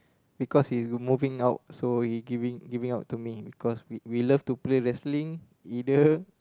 because he's moving out so he giving giving out to me because we we love to play wrestling either